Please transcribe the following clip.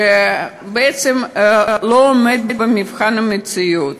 שבעצם לא עומד במבחן המציאות.